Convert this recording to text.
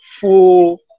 full